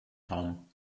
raum